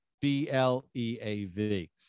B-L-E-A-V